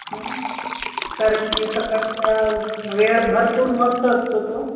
कारण की सकाळचा वेळ भरपूर मस्त असतो तो